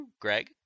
Greg